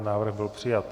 Návrh byl přijat.